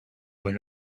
were